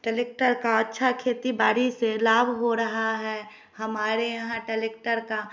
tractor का अच्छा खेती बाड़ी से लाभ हो रहा है हमारे यहाँ टलेक्टर का